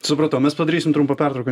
supratau mes padarysim trumpą pertrauką